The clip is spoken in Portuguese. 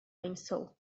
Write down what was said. pensou